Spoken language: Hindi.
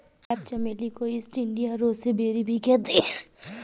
क्रेप चमेली को ईस्ट इंडिया रोसेबेरी भी कहते हैं